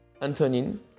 Antonin